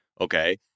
Okay